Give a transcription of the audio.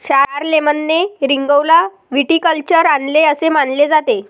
शारलेमेनने रिंगौला व्हिटिकल्चर आणले असे मानले जाते